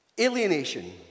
Alienation